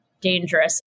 dangerous